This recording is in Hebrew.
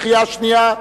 קריאה שנייה.